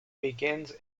begins